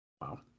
Wow